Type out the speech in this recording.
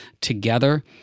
together